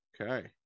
Okay